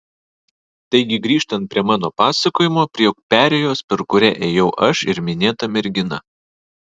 taigi grįžtant prie mano pasakojimo prie perėjos per kurią ėjau aš ir minėta mergina